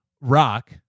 rock